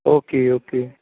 okay okay